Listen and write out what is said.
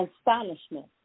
astonishment